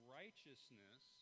righteousness